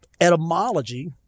etymology